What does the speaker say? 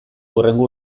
hurrengo